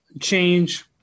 change